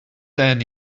ten